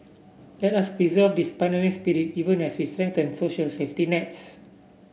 let us preserve this pioneering spirit even as we strengthen social safety nets